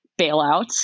bailouts